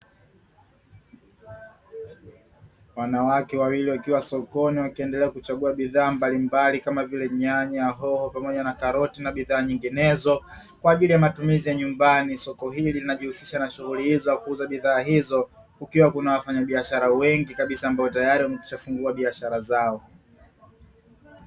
Wanawake wawili wakiwa sokoni wakiendelea kuchagua bidhaa mbalimbali kama vile nyanya, hoho pamoja na karoti na bidhaa nyinginezo kwa ajili ya matumizi ya nyumbani. Soko hili linajihusisha na shughuli hizi za kuuza bidhaa hizo kukiwa kuna wafanyabiashara wengi ambao tayari wamekwisha fungua biashara zao.